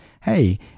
hey